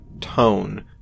tone